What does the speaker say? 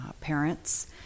parents